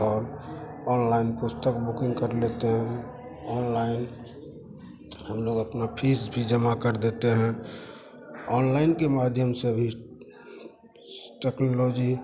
और ऑनलाइन पुस्तक बुकिंग कर लेते हैं ऑनलाइन हम लोग अपनी फीस भी जमा कर देते हैं ऑनलाइन के माध्यम से अभी टेक्नोलॉजी